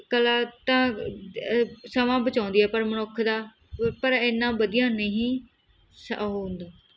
ਕਲਾ ਤਾਂ ਸਮਾਂ ਬਚਾਉਂਦੀ ਆ ਪਰ ਮਨੁੱਖ ਦਾ ਪ ਪਰ ਇੰਨਾ ਵਧੀਆ ਨਹੀਂ ਸ ਉਹ ਹੁੰਦਾ